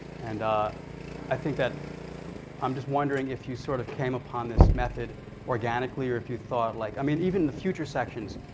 and ah i think, i'm just wondering if you sort of came upon this method organically or if you thought like. i mean, even the future sections,